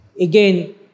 again